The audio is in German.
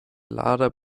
lader